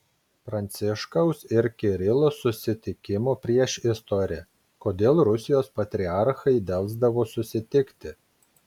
pranciškaus ir kirilo susitikimo priešistorė kodėl rusijos patriarchai delsdavo susitikti